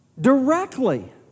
directly